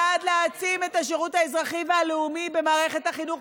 בעד להעצים את השירות האזרחי והלאומי במערכת החינוך,